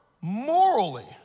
morally